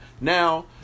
now